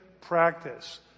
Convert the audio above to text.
practice